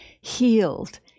healed